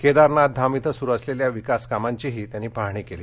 केदारनाथ धाम इथं सुरु असलेल्या विकास कामांची त्यांनी पाहणी केली